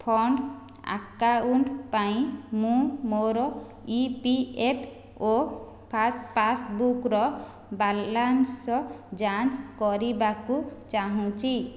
fund account ପାଇଁ ମୁଁ ମୋର ଇ ପି ଏଫ୍ ଓ ପାସ୍ବୁକ୍ର ବାଲାନ୍ସ ଯାଞ୍ଚ କରିବାକୁ ଚାହୁଁଛି